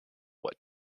what